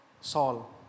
Saul